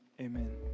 Amen